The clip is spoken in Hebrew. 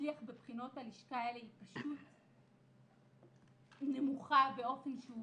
להצליח בבחינות הלשכה האלה היא פשוט נמוכה באופן שהוא